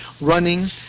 running